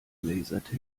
lasertag